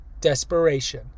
Desperation